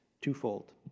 twofold